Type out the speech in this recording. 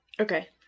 Okay